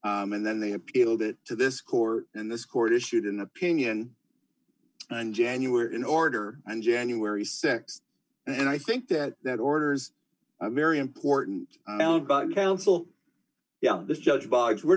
and then they appealed it to this court and this court issued an opinion and january in order and january sex and i think that that orders mary important counsel yeah this judge bugs were